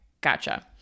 Gotcha